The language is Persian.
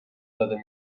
داده